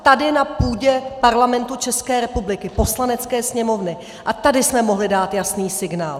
Tady na půdě Parlamentu České republiky, Poslanecké sněmovny, a tady jsme mohli dát jasný signál!